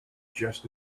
just